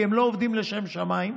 כי הם לא עובדים לשם שמיים,